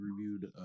reviewed